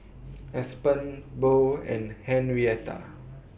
Aspen Bo and Henrietta